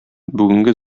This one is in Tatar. бүгенге